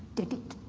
did it?